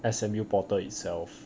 S_M_U porter itself